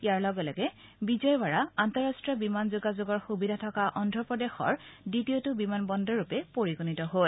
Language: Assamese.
ইয়াৰ লগে লগে বিজয়ৱাড়া আন্তঃৰাষ্টীয় বিমান যোগাযোগৰ সূবিধা থকা অন্ধ্ৰপ্ৰদেশৰ দ্বিতীয়টো বিমান বন্দৰৰূপে পৰিগণিত হল